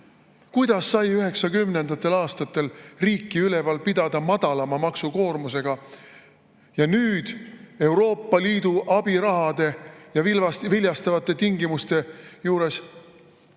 Kuidas sai 1990. aastatel riiki üleval pidada madalama maksukoormusega? Ja nüüd Euroopa Liidu abirahade ja viljastavate tingimuste juures